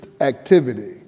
activity